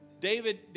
David